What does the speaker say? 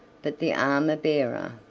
but the armor-bearer,